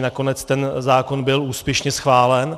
Nakonec ten zákon byl úspěšně schválen.